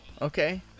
Okay